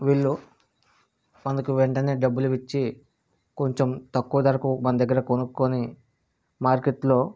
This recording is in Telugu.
వీళ్ళు మనకు వెంటనే డబ్బులు ఇచ్చి కొంచెం తక్కువ ధరకు మన దగ్గర కొనుక్కొని మార్కెట్లో